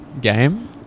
game